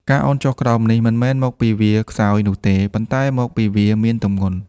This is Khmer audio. ការឱនចុះក្រោមនេះ មិនមែនមកពីវាខ្សោយនោះទេ ប៉ុន្តែមកពីវាមានទម្ងន់។